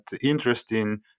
interesting